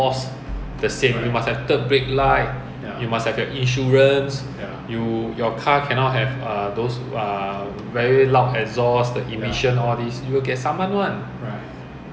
every car err one year you get twenty days free come in singapore ah but it's not limit after twenty days then you have to pay the vehicle entry permit which I